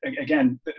again